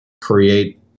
create